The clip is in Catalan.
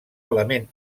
element